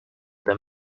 than